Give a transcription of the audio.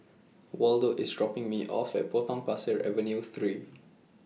Waldo IS dropping Me off At Potong Pasir Avenue three